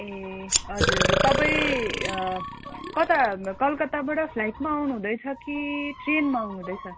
ए हजुर हजुर तपाईँ कता कलकत्ताबाट फ्लाइटमा आउनुहुँदैछ कि ट्रेनमा आउनुहुँदैछ